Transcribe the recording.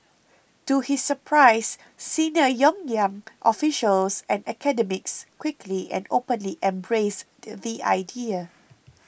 to his surprise senior Pyongyang officials and academics quickly and openly embraced the idea